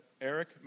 Eric